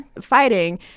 fighting